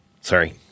Sorry